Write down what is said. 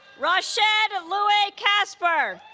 rashid louay kosber